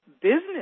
business